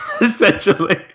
essentially